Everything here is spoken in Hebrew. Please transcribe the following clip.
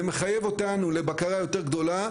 ומחייב אותנו לבקרה יותר גדולה,